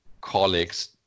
colleagues